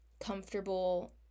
comfortable